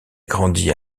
grandit